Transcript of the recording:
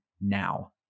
now